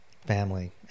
family